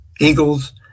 Eagles